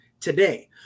today